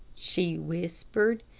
she whispered,